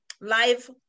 live